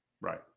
Right